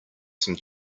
some